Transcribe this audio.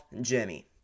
Jimmy